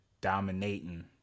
Dominating